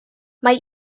mae